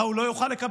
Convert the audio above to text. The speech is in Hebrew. מה הוא לא יוכל לקבל?